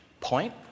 Point